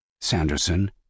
Sanderson